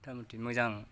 मोजां